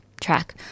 track